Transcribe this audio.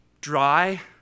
dry